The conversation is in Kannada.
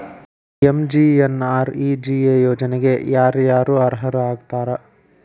ಎಂ.ಜಿ.ಎನ್.ಆರ್.ಇ.ಜಿ.ಎ ಯೋಜನೆಗೆ ಯಾರ ಯಾರು ಅರ್ಹರು ಆಗ್ತಾರ?